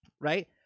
right